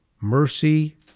mercy